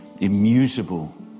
immutable